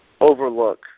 overlook